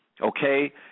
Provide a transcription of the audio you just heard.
okay